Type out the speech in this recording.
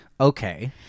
Okay